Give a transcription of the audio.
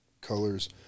colors